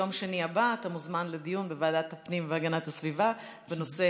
ביום שני הבא אתה מוזמן לדיון בוועדת הפנים והגנת הסביבה בנושא